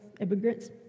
immigrants